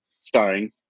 starring